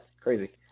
crazy